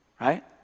right